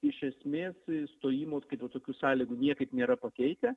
iš esmės stojimo kaip vat tokių sąlygų niekaip nėra pakeitę